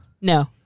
no